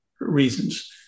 reasons